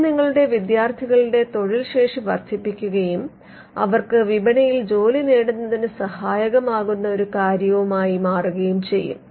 അത് നിങ്ങളുടെ വിദ്യാർത്ഥികളുടെ തൊഴിൽ ശേഷി വർദ്ധിപ്പിക്കുകയും അവർക്ക് വിപണിയിൽ ജോലി നേടുന്നതിന് സഹായകമാകുന്ന ഒരു കാര്യവുമായിരിക്കും